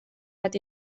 bat